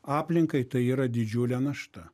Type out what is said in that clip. aplinkai tai yra didžiulė našta